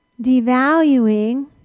Devaluing